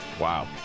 wow